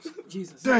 Jesus